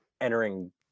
entering